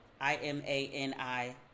I-M-A-N-I